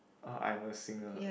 oh I'm a singer